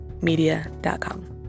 media.com